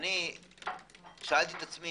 שאלתי עצמי